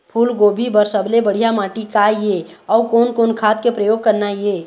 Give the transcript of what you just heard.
फूलगोभी बर सबले बढ़िया माटी का ये? अउ कोन कोन खाद के प्रयोग करना ये?